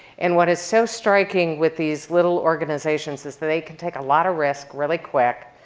and what is so striking with these little organizations is they can take a lot of risk really quick,